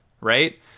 right